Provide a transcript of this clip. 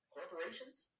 Corporations